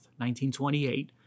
1928